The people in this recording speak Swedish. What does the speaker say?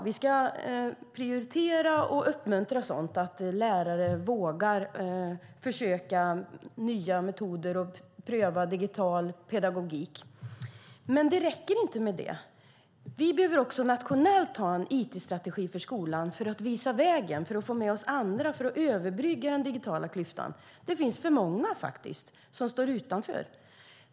Vi ska prioritera och uppmuntra att lärare vågar försöka sig på nya metoder och pröva digital pedagogik. Men det räcker inte med det. Vi behöver också ha en nationell it-strategi för skolan för att visa vägen och få med oss andra för att överbrygga den digitala klyftan. Det finns för många som står utanför.